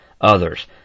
Others